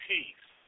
Peace